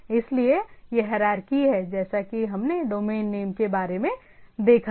इसलिए यह हायरारकी है जैसा कि हमने डोमेन नेम के बारे में देखा है